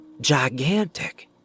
gigantic